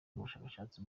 n’ubushakashatsi